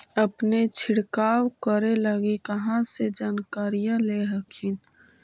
अपने छीरकाऔ करे लगी कहा से जानकारीया ले हखिन?